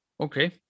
okay